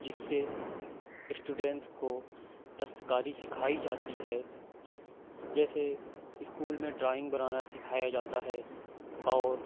جس سے اسٹوڈینٹس کو دستکاری سکھائی جاتی ہے جیسے اسکول میں ڈرائنگ بنانا سکھایا جاتا ہے اور